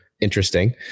Interesting